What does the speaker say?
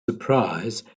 surprise